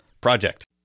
Project